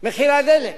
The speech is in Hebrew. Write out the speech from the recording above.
מחיר הדלק.